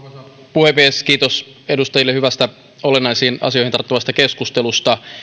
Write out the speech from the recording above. puhemies kiitos edustajille hyvästä olennaisiin asioihin tarttuvasta keskustelusta